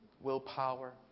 willpower